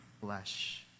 flesh